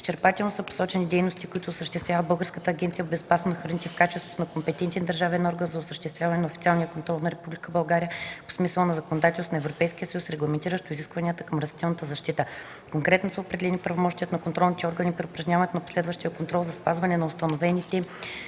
Изчерпателно са посочени дейностите, които осъществява Българската агенция по безопасност на храните в качеството си на компетентен държавен орган за осъществяване на официалния контрол в Република България по смисъла на законодателството на Европейския съюз, регламентиращо изискванията към растителната защита. Конкретно са определени правомощията на контролните органи при упражняването на последващия контрол за спазване на установените